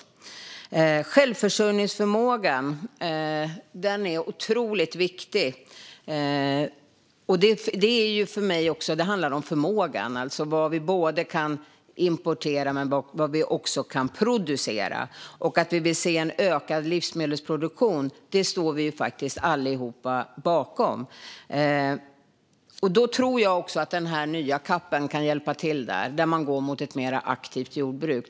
Vi talar om självförsörjningsförmågan. Den är otroligt viktig. Det handlar om förmågan. Det är vad vi kan importera men också vad vi kan producera. Att vi vill se en ökad livsmedelsproduktion står vi allihop bakom. Då tror jag att den nya CAP:en kan hjälpa till. Där kan man gå mot ett mer aktivt jordbruk.